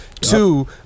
Two